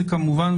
זה כמובן,